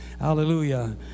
Hallelujah